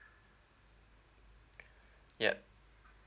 yup